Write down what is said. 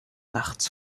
nachts